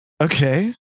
okay